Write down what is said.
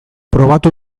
probatu